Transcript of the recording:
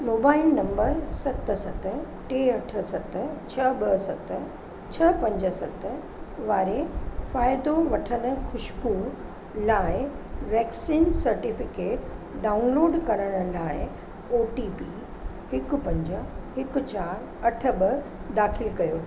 mobile number सत सत टे अठ सत छह ॿ सत छह पंज सत वारे फ़ाइदो वठंनि खुशबू लाइ वैक्सीन सर्टिफिकेट डाउनलोड करण लाइ ओ टी पी हिकु पंज हिकु चारि अठ ॿ दाख़िल कयो